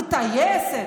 בטייסת,